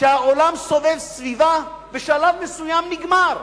שהעולם סובב סביבה, בשלב מסוים, נגמר.